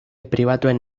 pribatuen